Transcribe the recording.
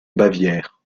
bavière